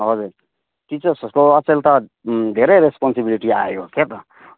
हजुर टिचर्सहरूको अचेल त धेरै रेस्पोन्सिबिलिटी आयो क्या त